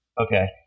Okay